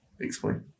Explain